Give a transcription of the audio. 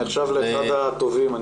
נחשב לאחד הטובים.